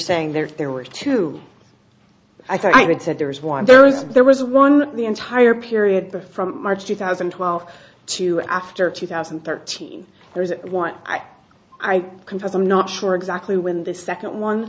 saying there there were two i think i did said there was one there was there was one the entire period for from march two thousand and twelve to after two thousand and thirteen there is one i i confess i'm not sure exactly when the second one